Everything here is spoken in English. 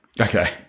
Okay